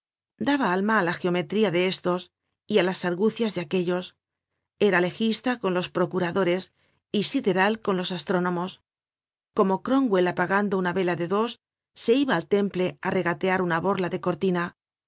daba alma á la geometría de estos y á las argucias de aquellos era legista con los procuradores y sideral con los astrónomos cerno cromwell apagando una vela de dos se iba al temple á regatear una borla de cortina